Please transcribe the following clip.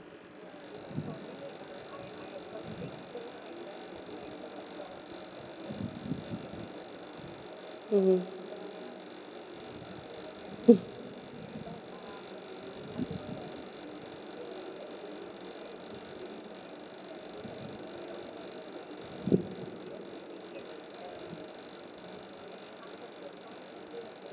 mmhmm